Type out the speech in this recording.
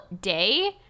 day